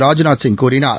ராஜ்நாத் சிங் கூறினார்